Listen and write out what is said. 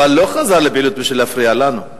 אבל הוא לא חזר לפעילות כדי להפריע לנו.